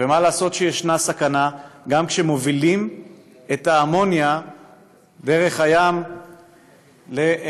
ומה לעשות שיש סכנה גם כשמובילים את האמוניה דרך הים לחיפה,